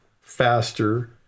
faster